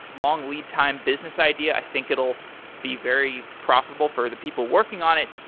long lead time business idea. i think it'll be very profitable for the people working on it,